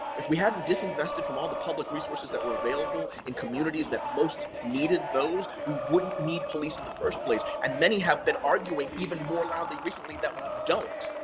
if we hadn't disinvested from all the public resources that were available in communities that most needed those, we wouldn't need police in the first place, and many have been arguing, even more loudly recently, that we don't.